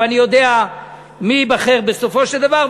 ואני יודע מי ייבחר בסופו של דבר,